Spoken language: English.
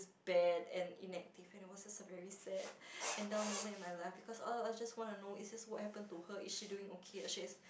bad and inactive and it was just a very sad and dull moment in my life because all I just want to know is just what happen to her is she doing okay does she